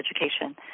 education